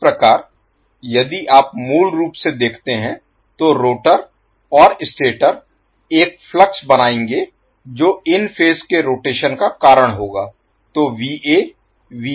इस प्रकार यदि आप मूल रूप से देखते हैं तो रोटर और स्टेटर एक फ्लक्स बनाएंगे जो इन फेज के रोटेशन का कारण होगा